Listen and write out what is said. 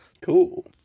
Cool